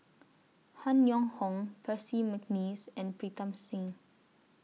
Han Yong Hong Percy Mcneice and Pritam Singh